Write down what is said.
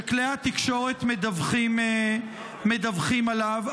שכלי התקשורת מדווחים עליו.